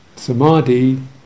Samadhi